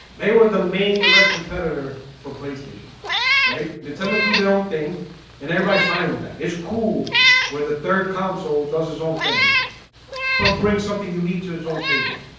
they were the main direct competitor for playstation right nintendo do their own thing and everybody's fine with that. it's cool we're the third console does his own thing but bring something unique to its own table.